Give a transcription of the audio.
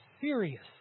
serious